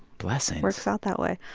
blessings. works out that way.